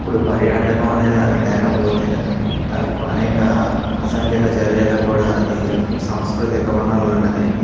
ఇప్పుడు పర్యాటకం అనేది లేకపోతే అనేక అసంఖ్యక చర్యలకు కూడా అది సాంస్కృతిక వనరులన్నది